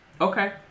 Okay